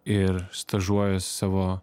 ir stažuojuos savo